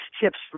tips